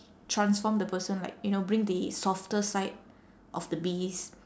transform the person like you know bring the softer side of the beast